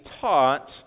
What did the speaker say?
taught